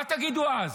מה תגידו אז,